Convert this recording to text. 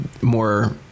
more